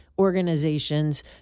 organizations